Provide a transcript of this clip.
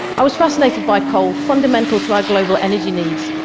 i was fascinated by coal, fundamental to our global energy needs,